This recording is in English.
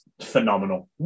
phenomenal